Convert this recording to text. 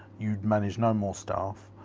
you manage no more staff,